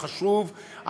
החשוב.